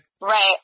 Right